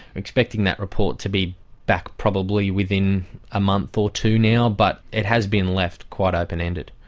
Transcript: expecting that report to be back probably within a month or two now, but it has been left quite open-ended.